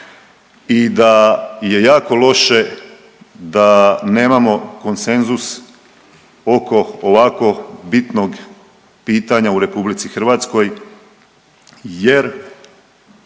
i da je jako loše da nemamo konsenzus oko ovako bitnog pitanja u RH jer